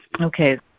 Okay